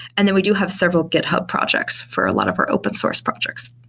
and then we do have several github projects for a lot of for open source projects.